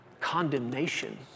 Condemnation